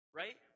right